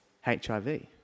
HIV